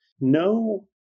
No